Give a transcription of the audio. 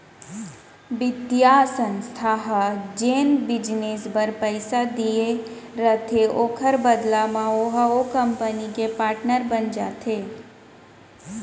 बित्तीय संस्था ह जेन बिजनेस बर पइसा देय रहिथे ओखर बदला म ओहा ओ कंपनी के पाटनर बन जाथे